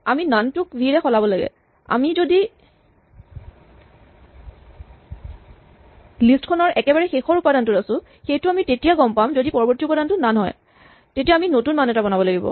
আমি নন টোক ভি ৰে সলাব লাগে আমি যদি লিষ্ট খন ৰ একেবাৰে শেষৰ উপাদানটোত আছোঁ সেইটো আমি তেতিয়া গম পাম যদি পৰৱৰ্তী উপাদানটো নন হয় তেতিয়া আমি নতুন মান এটা বনাব লাগিব